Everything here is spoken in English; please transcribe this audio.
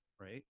right